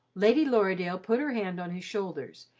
lady lorridaile put her hand on his shoulders,